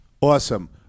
awesome